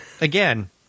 Again